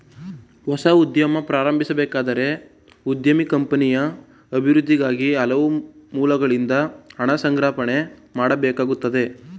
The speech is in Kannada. ಹೊಸ ಉದ್ಯಮ ಪ್ರಾರಂಭಿಸಬೇಕಾದರೆ ಉದ್ಯಮಿ ಕಂಪನಿಯ ಅಭಿವೃದ್ಧಿಗಾಗಿ ಹಲವು ಮೂಲಗಳಿಂದ ಹಣ ಸಂಗ್ರಹಣೆ ಮಾಡಬೇಕಾಗುತ್ತದೆ